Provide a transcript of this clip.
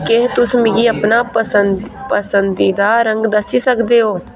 केह् तुस मिगी अपना पसंदीदा रंग दस्सी सकदे ओ